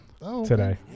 Today